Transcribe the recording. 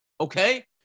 Okay